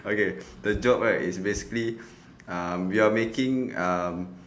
okay the job right is basically um we are making um